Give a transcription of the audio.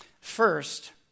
First